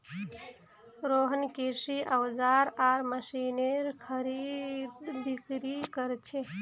रोहन कृषि औजार आर मशीनेर खरीदबिक्री कर छे